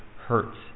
hurts